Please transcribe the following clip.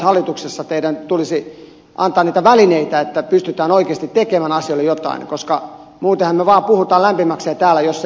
hallituksessa teidän tulisi antaa niitä välineitä että pystytään oikeasti tekemään asioille jotain koska muutenhan me vaan puhumme lämpimiksemme täällä jos ei ole välineitä